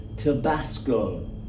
Tabasco